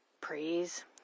praise